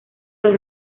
los